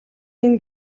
энэ